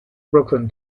brooklyn